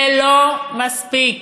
זה לא מספיק,